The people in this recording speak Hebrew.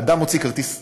אדם הוציא כרטיס שחקן,